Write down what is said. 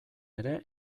ere